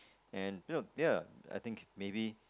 and you know ya I think maybe